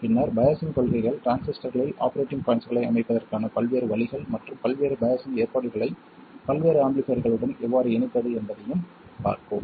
பின்னர் பையாஸிங் கொள்கைகள் டிரான்சிஸ்டர்களில் ஆபரேட்டிங் பாய்ண்ட்ஸ்களை அமைப்பதற்கான பல்வேறு வழிகள் மற்றும் பல்வேறு பையாஸிங் ஏற்பாடுகளை பல்வேறு ஆம்பிளிஃபைர்களுடன் எவ்வாறு இணைப்பது என்பதையும் பார்ப்போம்